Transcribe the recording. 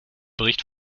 bericht